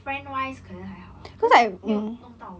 friend wise 可能还好 lah because 没有弄到